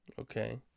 Okay